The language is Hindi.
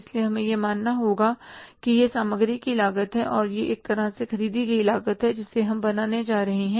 इसलिए हमें यह मानना होगा कि यह सामग्री की लागत है और यह एक तरह से खरीदी की लागत है जिसे हम बनाने जा रहे हैं